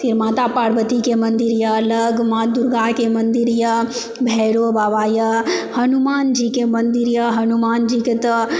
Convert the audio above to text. माता पार्वतीके मंदिर यऽ अलग माँ दुर्गाके मंदिर यऽ भैरो बाबा यऽहनुमानजीके मंदिर यऽ हनुमान जीके तऽ